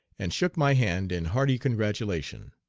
and shook my hand in hearty congratulation.